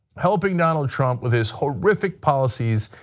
helping donald trump with his horrific policies,